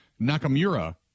Nakamura